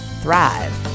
Thrive